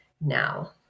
now